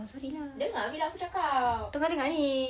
oh sorry lah tengah dengar ni